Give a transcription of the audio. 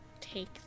take